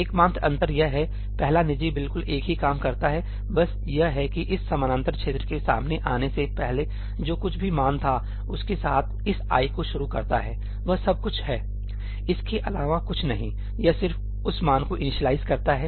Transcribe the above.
एकमात्र अंतर यह है पहला निजी बिल्कुल एक ही काम करता है बस यह कि इस समानांतर क्षेत्र के सामने आने से पहले जो कुछ भी मान था उसके साथ इस 'i' को शुरू करता हैवह सब कुछ है इसके अलावा कुछ नहीं यह सिर्फ उस मान को इनिशियलाइज़ करता है